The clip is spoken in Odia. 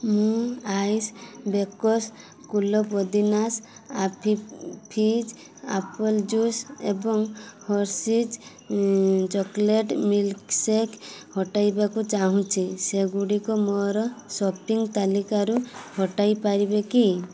ମୁଁ ଆଇସ୍ ବେକସ୍ କୁଲ ପୋଦିନାସ୍ ଆଫି ଫିଜ୍ ଆପଲ୍ ଜୁସ୍ ଏବଂ ହର୍ଷିଜ୍ ଚକୋଲେଟ୍ ମିଲ୍କ୍ସେକ୍ ହଟାଇବାକୁ ଚାହୁଁଛି ସେଗୁଡ଼ିକୁ ମୋର ସପିଂ ତାଲିକାରୁ ହଟାଇ ପାରିବେ କି